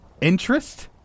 Interest